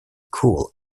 cool